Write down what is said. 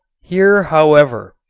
here, however,